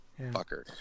fucker